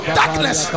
darkness